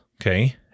okay